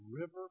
river